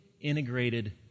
integrated